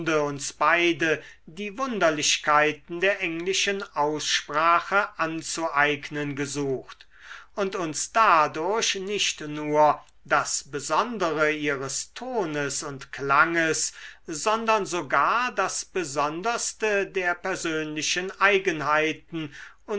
uns beide die wunderlichkeiten der englischen aussprache anzueignen gesucht und uns dadurch nicht nur das besondere ihres tones und klanges sondern sogar das besonderste der persönlichen eigenheiten